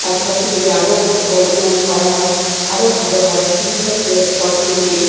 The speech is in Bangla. আশেপাশে যদি আরো উন্নয়ন করা হয় আরো ভালো হয় ট্যুরিজম যে স্পটগুলিকে